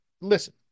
Listen